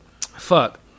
Fuck